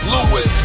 Lewis